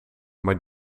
maar